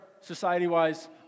society-wise